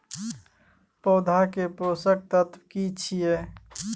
पौधा के पोषक तत्व की छिये?